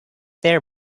there